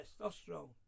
testosterone